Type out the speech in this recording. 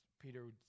Peter